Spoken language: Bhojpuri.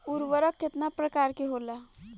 उर्वरक केतना प्रकार के होला?